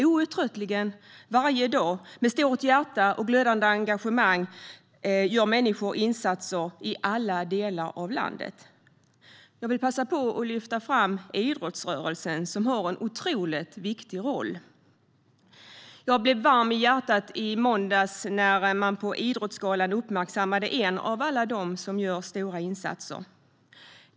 Outtröttligt varje dag med stort hjärta och glödande engagemang gör människor insatser i alla delar av landet. Jag vill passa på att lyfta fram idrottsrörelsen, som har en otroligt viktig roll. Jag blev varm i hjärtat i måndags när man på Idrottsgalan uppmärksammade en av alla dem som gör stora insatser.